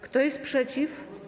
Kto jest przeciw?